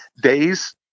days